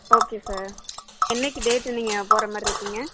okay sir என்றைக்கி date நீங்கள் போகிற மாதிரிருக்கிங்க